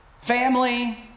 family